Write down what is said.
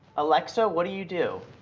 alexa, what do you do?